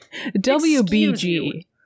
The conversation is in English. WBG